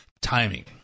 timing